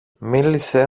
μίλησε